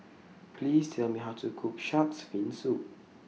Please Tell Me How to Cook Shark's Fin Soup